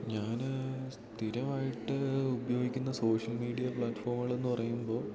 ഞാൻ സ്ഥിരമായിട്ട് ഉപയോഗിക്കുന്ന സോഷ്യൽ മീഡിയ പ്ലാറ്റ്ഫോമുകൾഎന്നു പറയുമ്പോൾ